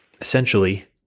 essentially